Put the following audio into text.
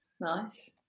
nice